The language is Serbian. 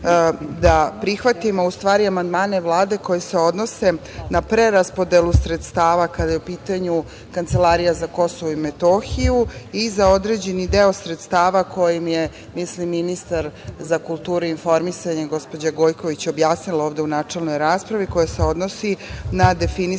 da prihvatimo u stvari amandmane Vlade koji se odnose na preraspodelu sredstava kada je u pitanju Kancelarija za Kosovo i Metohiju i za određeni deo sredstava kojim je ministar za kulturu i informisanje, gospođa Gojković objasnila ovde u načelnoj raspravi, koja se odnose na definisana